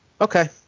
Okay